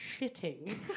shitting